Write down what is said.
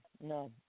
No